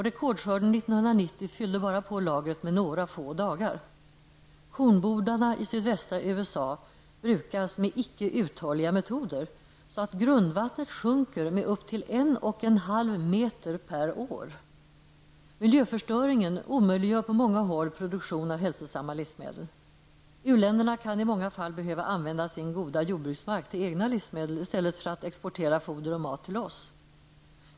Rekordskörden 1990 fyllde bara på lagret med några få dagar. Kornbodarna i sydvästra USA brukas med icke uthålliga metoder så att grundvattnet sjunker med upp till 1,5 meter per år. Miljöförstöringen omöjliggör på många håll produktion av hälsosamma livsmedel. U-länderna kan i många fall behöva använda sin goda jordbruksmark till egna livsmedel i stället för att exportera foder och mat till oss.